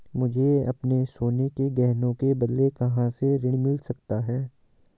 मुझे अपने सोने के गहनों के बदले कहां से ऋण मिल सकता है?